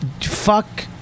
fuck